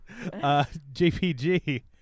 Jpg